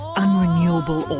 unrenewable